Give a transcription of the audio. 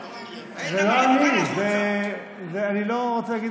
זה לא אני, אני לא רוצה להגיד.